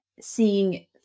seeing